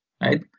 right